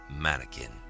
Mannequin